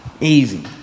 Easy